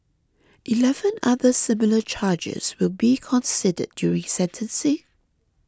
eleven other similar charges will be considered during sentencing